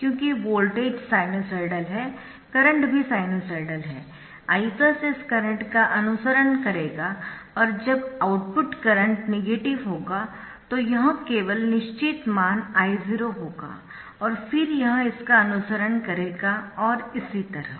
क्योंकि voltage sinusoidal है current भी साइनसॉइडल है I इस करंट का अनुसरण करेगा और जब आउटपुट करंट नेगेटिव होगा तो यह केवल निश्चित मान I0 होगा और फिर यह इसका अनुसरण करेगा और इसी तरह